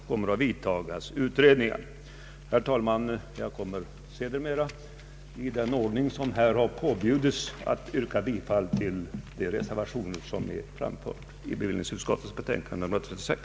Herr talman! Jag kommer sedermera i den ordning som här påbjudits att yrka bifall till de reservationer som fogats till bevillningsutskottets betänkande nr 36.